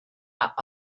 are